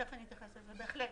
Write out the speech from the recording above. תכף אתייחס לזה, בהחלט.